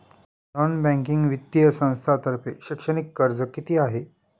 Non banking वित्तीय संस्थांतर्फे शैक्षणिक कर्ज किती आहे?